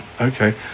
Okay